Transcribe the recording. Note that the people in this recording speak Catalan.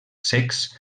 cecs